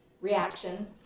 reaction